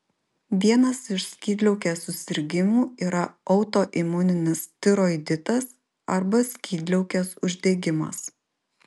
vienas iš skydliaukės susirgimų yra autoimuninis tiroiditas arba skydliaukės uždegimas